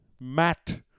Matt